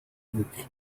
мэдэх